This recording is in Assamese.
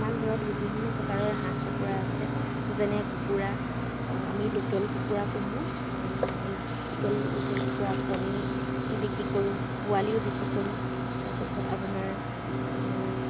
আমাৰ ঘৰত বিভিন্ন প্ৰকাৰৰ হাঁহ কুকুৰা আছে যেনে কুকুৰা আমি লোকেল কুকুৰা পুহোঁ লোকেল কুকুৰাৰ কণী বিক্ৰী কৰোঁ পোৱালিও বিক্ৰী কৰোঁ তাৰ পিছত আপোনাৰ